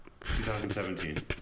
2017